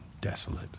desolate